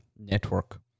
network